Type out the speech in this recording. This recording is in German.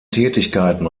tätigkeiten